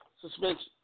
suspension